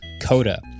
Coda